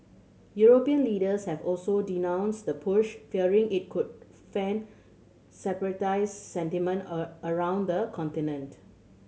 European leaders have also denounced the push fearing it could fan separatist sentiment a around the continent